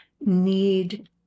need